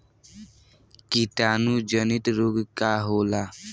कीटाणु जनित रोग का होला?